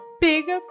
big